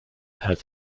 has